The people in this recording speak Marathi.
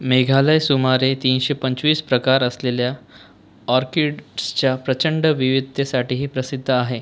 मेघालय सुमारे तीनशे पंचवीस प्रकार असलेल्या ऑर्किड्सच्या प्रचंड विविधतेसाठीही प्रसिद्ध आहे